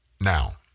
now